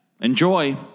Enjoy